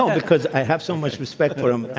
um because i have so much respect for him and,